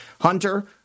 Hunter